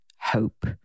hope